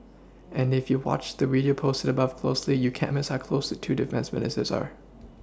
and if you watch the video posted above closely you can't Miss how close two defence Ministers are